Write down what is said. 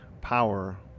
power